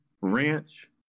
ranch